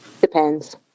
Depends